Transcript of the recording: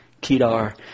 Kedar